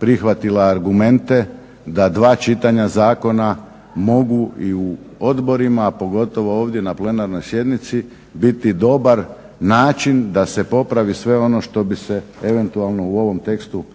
prihvatila argumente da dva čitanja zakona mogu i u odborima, a pogotovo ovdje na plenarnoj sjednici biti dobar način da se popravi sve ono što bi se eventualno u ovom tekstu zakona